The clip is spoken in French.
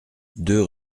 deux